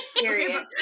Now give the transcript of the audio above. period